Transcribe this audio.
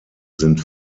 sind